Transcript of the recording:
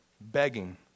begging